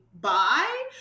bye